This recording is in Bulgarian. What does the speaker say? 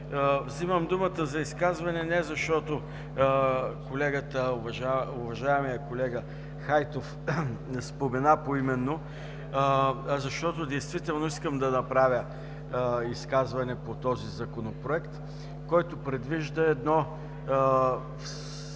Взимам думата за изказване не защото уважаемият колега Хайтов ме спомена поименно, а защото действително искам да направя изказване по този Законопроект, който предвижда едно